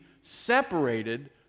separated